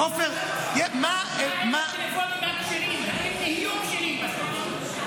--- הטלפונים הכשרים יהיו כשרים בסוף.